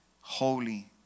holy